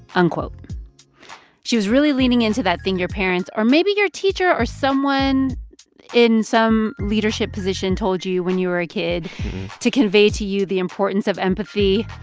unquote she was really leaning into that thing your parents or maybe your teacher or someone in some leadership position told you when you were a kid to convey to you the importance of empathy.